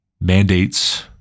mandates